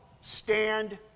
stand